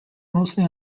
mostly